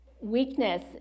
weakness